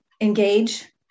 engage